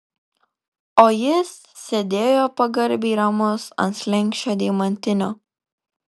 o jis sėdėjo pagarbiai ramus ant slenksčio deimantinio